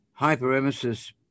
hyperemesis